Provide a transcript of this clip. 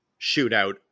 shootout